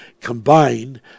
combined